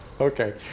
Okay